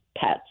pets